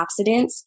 antioxidants